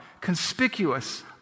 conspicuous